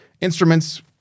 instruments